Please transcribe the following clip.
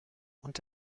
und